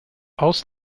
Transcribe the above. aus